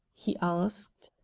he asked.